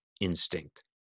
instinct